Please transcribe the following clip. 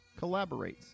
collaborates